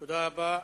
תודה רבה.